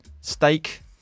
steak